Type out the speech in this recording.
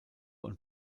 und